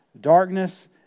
darkness